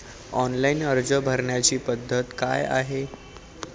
Online अर्ज भरण्याची पद्धत काय आहे?